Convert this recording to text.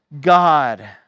God